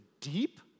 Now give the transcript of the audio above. deep